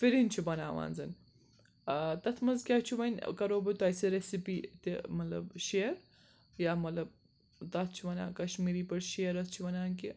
فرِنۍ چھِ بَناوان زَن ٲں تَتھ منٛز کیاہ چھُ وۄنۍ کَرو بہٕ تۄہہِ سُہ ریٚسِپی تہِ مطلب شِیر یا مطلب تَتھ چھِ وَنان کَشمیٖری پٲٹھۍ شِیر اَتھ چھِ وَنان کہِ